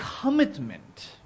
commitment